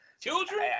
children